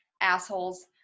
assholes